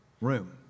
room